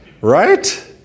right